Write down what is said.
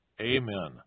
Amen